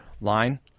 line